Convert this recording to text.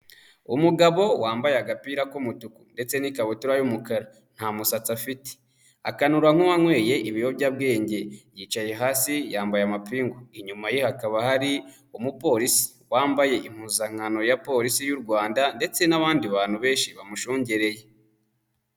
Umugabo wambaye agapira k'umutuku ndetse n'ikabutura y'umukara nta musatsi afite, akanura nk'uwanyweye ibiyobyabwenge yicaye hasi yambaye amapingu, inyuma ye hakaba hari umupolisi, wambaye impuzankano ya Polisi y'u Rwanda ndetse n'abandi bantu benshi bamushungereye.